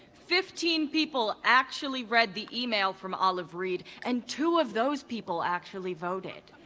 fifteen people actually read the email from olive reid, and two of those people actually voted.